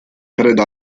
preda